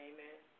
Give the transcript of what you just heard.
Amen